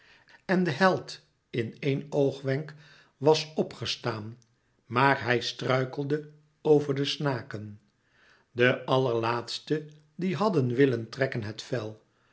en de held in eén oogwenk was op gestaan maar hij struikelde over de snaken de allerlaatste die hadden willen trekken het vel